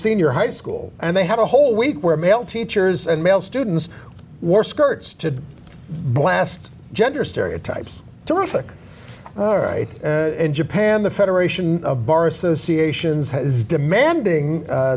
senior high school and they have a whole week where male teachers and male students were skirts to blast gender stereotypes terrific all right in japan the federation of bar associations has demanding